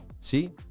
See